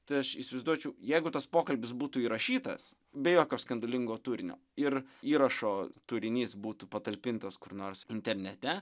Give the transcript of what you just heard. tai aš įsivaizduočiau jeigu tas pokalbis būtų įrašytas be jokio skandalingo turinio ir įrašo turinys būtų patalpintas kur nors internete